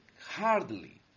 hardly